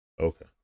Okay